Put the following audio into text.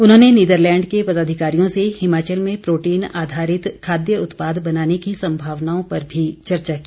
उन्होंने नीदरलैंड के पदाधिकारियों से हिमाचल में प्रोटीन आधारित खाद्य उत्पाद बनाने की संभावनाओं पर भी चर्चा की